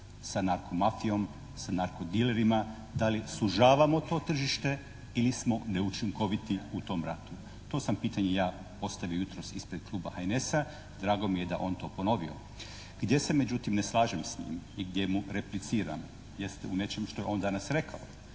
sa narkomafijom, sa narkodilerima? Da li sužavamo to tržište ili smo neučinkoviti u tom ratu? To sam pitanje ja postavio ispred Kluba HNS-a. Drago mi je da je on to ponovio. Gdje se međutim ne slažem s njim i gdje mu repliciram jeste u nečem što je on danas rekao.